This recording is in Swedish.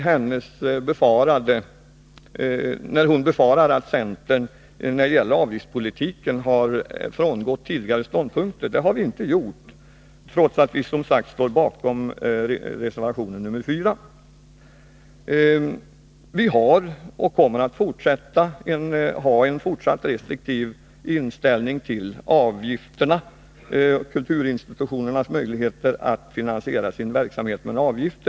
Hon befarade att centern i fråga om avgiftspolitiken har frångått tidigare ståndpunkter. Det har vi inte gjort, trots att vi som sagt står bakom reservation nr 4. Vi har och kommer att ha en restriktiv inställning till kulturinstitutionernas möjligheter att finansiera sin verksamhet med en avgift.